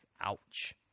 ouch